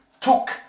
took